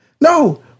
No